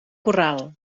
corral